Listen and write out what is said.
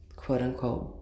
quote-unquote